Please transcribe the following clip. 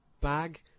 bag